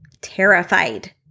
terrified